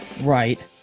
right